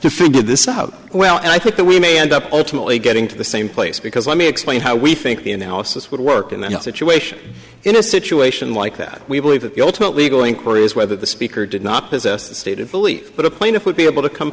to figure this out well and i think that we may end up ultimately getting to the same place because i mean explain how we think the analysis would work in the situation in a situation like that we believe that the ultimate legal inquiry is whether the speaker did not possess the stated belief that a plaintiff would be able to come